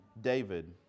David